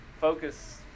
focus